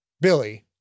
Billy